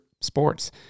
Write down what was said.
sports